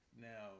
Now